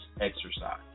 exercise